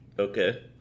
Okay